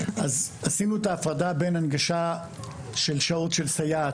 עשינו את ההפרדה בין הנגשה של שעות של סייעת,